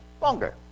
longer